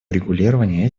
урегулирование